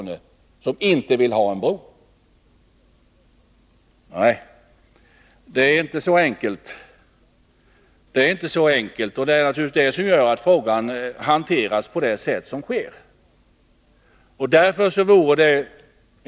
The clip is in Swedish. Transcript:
Nej, det är inte så enkelt. Det är naturligtvis det som gör att frågan hanteras på det sätt som sker.